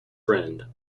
friend